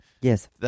Yes